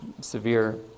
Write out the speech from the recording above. severe